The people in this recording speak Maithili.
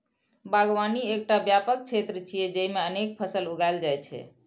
बागवानी एकटा व्यापक क्षेत्र छियै, जेइमे अनेक फसल उगायल जाइ छै